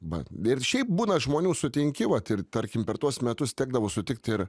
va ir šiaip būna žmonių sutinki vat ir tarkim per tuos metus tekdavo sutikt ir